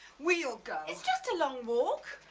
we'll go. it's just a long walk.